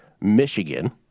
Michigan